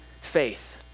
faith